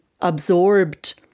absorbed